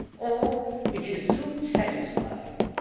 or it is soon satisfied,